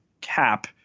cap